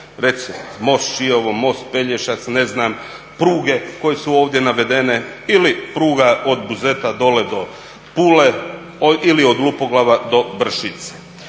Recimo, most Čiovo, most Pelješac, pruge koje su ovdje navedene ili pruga od Buzeta dole do Pule, ili od Lupoglava do Bršice.